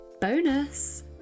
bonus